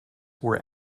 were